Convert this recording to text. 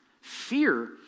fear